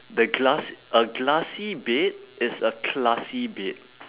the glass a glassy bed is a classy bed